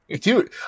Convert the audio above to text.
Dude